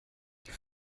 die